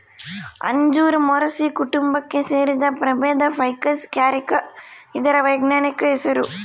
ಅಂಜೂರ ಮೊರಸಿ ಕುಟುಂಬಕ್ಕೆ ಸೇರಿದ ಪ್ರಭೇದ ಫೈಕಸ್ ಕ್ಯಾರಿಕ ಇದರ ವೈಜ್ಞಾನಿಕ ಹೆಸರು